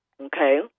okay